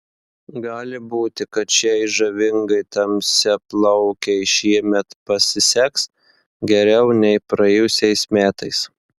gali būti kad šiai žavingai tamsiaplaukei šiemet pasiseks geriau nei praėjusiais metais